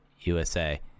USA